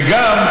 וגם,